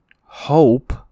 hope